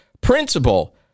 principle